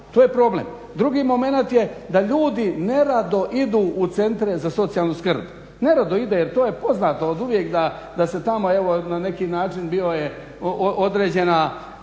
To je problem. Drugi momenat je da ljudi nerado idu u Centre za socijalnu skrb, nerado ide jer to je poznato oduvijek da se tamo evo na neki način bila je određena